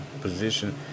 position